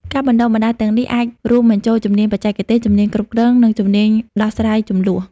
ការបណ្ដុះបណ្ដាលទាំងនេះអាចរួមបញ្ចូលជំនាញបច្ចេកទេស ជំនាញគ្រប់គ្រង និងជំនាញដោះស្រាយជម្លោះ។